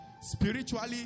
spiritually